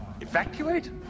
Evacuate